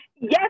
Yes